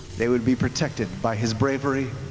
they would be protected by his bravery,